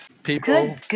People